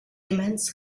immense